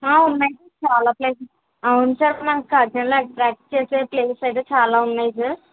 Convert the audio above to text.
ఉన్నాయి చాలా ప్లేసెస్ అవును సార్ మా కాకినాడలో అట్ట్రాక్ట్ చేసే ప్లేసెస్ అయితే చాలా ఉన్నాయి సార్